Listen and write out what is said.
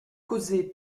causée